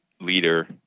leader